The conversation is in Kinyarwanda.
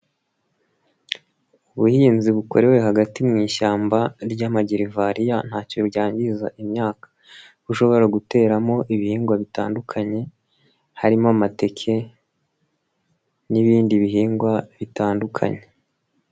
Ubuhinzi bukorera hagati mu ishyamba ry'amagereveriya ntacyo byangiza imyaka, kuko ushobora guteramo ibihingwa bitandukanye, harimo amateke n'ibindi bihingwa bitandukanye.